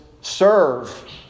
serve